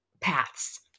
paths